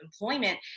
employment